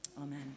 Amen